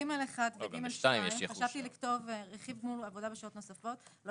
ג1 ו-ג2 חשבתי לכתוב רכיב גמול עבודה ושעות נוספות לא